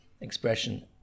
expression